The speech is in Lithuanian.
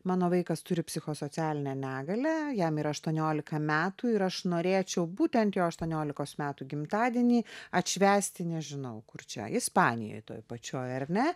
mano vaikas turi psichosocialinę negalią jam yra aštuoniolika metų ir aš norėčiau būtent jo aštuoniolikos metų gimtadienį atšvęsti nežinau kur čia ispanijoj toj pačioj ar ne